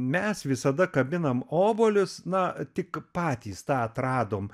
mes visada kabinam obuolius na tik patys tą atradom